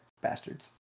bastards